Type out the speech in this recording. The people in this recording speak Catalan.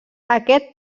aquest